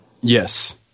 Yes